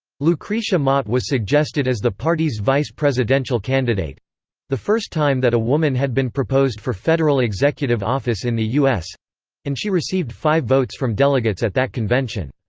lucretia mott was suggested as the party's vice-presidential candidate the first time that a woman had been proposed for federal executive office in the u s and she received five votes from delegates at that convention.